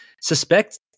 suspect